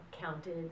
counted